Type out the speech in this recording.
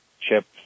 chips